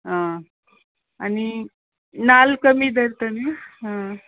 आं आनी नाल्ल कमी धरता न्ही आं